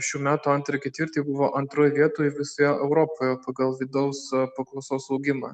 šių metų antrą ketvirtį buvo antroj vietoj visoje europoje pagal vidaus paklausos augimą